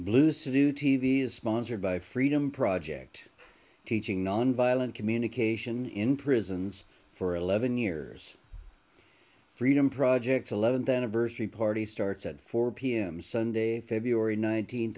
v is sponsored by freedom project teaching nonviolent communication in prisons for eleven years freedom project eleventh anniversary party starts at four pm sunday february nineteen